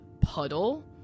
puddle